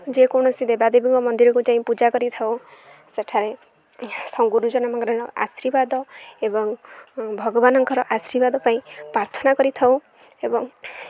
ଯେକୌଣସି ଦେବାଦେବୀଙ୍କ ମନ୍ଦିରକୁ ଯାଇ ପୂଜା କରିଥାଉ ସେଠାରେ ଗୁରୁଜନମାନଙ୍କର ଆଶୀର୍ବାଦ ଏବଂ ଭଗବାନଙ୍କର ଆଶୀର୍ବାଦ ପାଇଁ ପ୍ରାର୍ଥନା କରିଥାଉ ଏବଂ